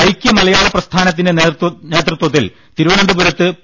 ഐക്യമലയാള പ്രസ്ഥാനത്തിന്റെ നേതൃത്വത്തിൽ തിരു വനന്തപുരത്ത് പി